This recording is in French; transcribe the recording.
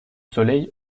soleil